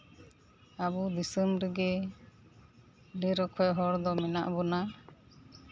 ᱟᱵᱚ ᱫᱤᱥᱚᱢ ᱨᱮᱜᱮ ᱰᱷᱮᱨ ᱚᱠᱚᱡ ᱦᱚᱲ ᱫᱚ ᱢᱮᱱᱟᱜ ᱵᱚᱱᱟ